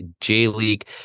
J-League